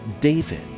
David